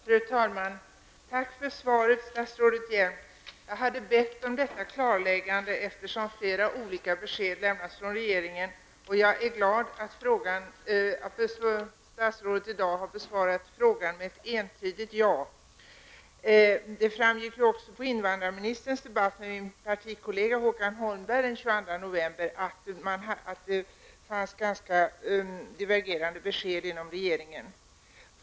Fru talman! Tack för svaret, statsrådet Hjelm Jag hade bett om detta klarläggande, eftersom flera olika besked har lämnats från regeringen. Jag är glad att statsrådet i dag har besvarat frågan med ett entydigt ja. Det framgick också i invandrarministerns debatt med min partikollega Håkan Holmberg den 22 november att det fanns ganska divergerande besked inom regeringen.